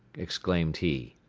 exclaimed he.